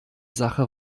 sache